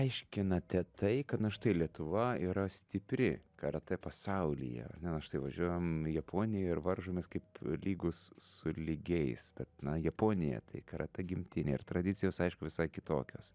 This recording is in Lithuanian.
aiškinate tai kad na štai lietuva yra stipri karatė pasaulyje ar ne na štai važiuojam į japoniją ir varžomės kaip lygūs su lygiais bet na japonija tai karatė gimtinė ir tradicijos aišku visai kitokios